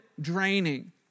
draining